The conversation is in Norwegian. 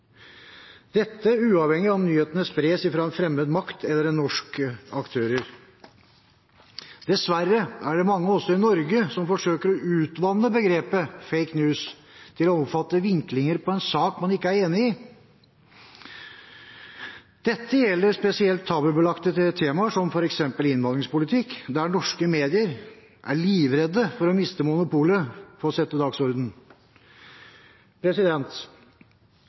uavhengig av om nyhetene spres fra en fremmed makt eller norske aktører. Dessverre er det mange, også i Norge, som forsøker å utvanne begrepet «fake news» til å omfatte vinklinger på en sak man ikke er enig i. Dette gjelder spesielt tabubelagte temaer som f.eks. innvandringspolitikk, der norske medier er livredde for å miste sitt monopol på å sette